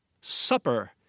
Supper